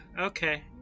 okay